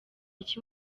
iki